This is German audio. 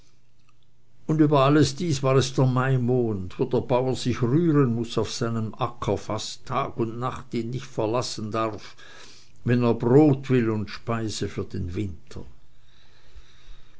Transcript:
und über alles dieses war es der maimond wo der bauer sich rühren muß auf seinem acker fast tag und nacht ihn nicht verlassen darf wenn er brot will und speise für den winter